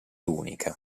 unica